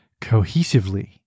cohesively